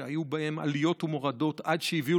שהיו בהם עליות ומורדות עד שהביאו